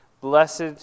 Blessed